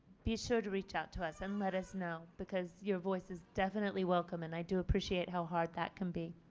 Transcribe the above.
be sure to reach out to us and let us know because your voice is definitely welcome and i do appreciate how hard that can be.